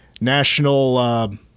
National